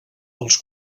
els